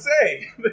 say